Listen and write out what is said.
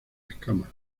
escamas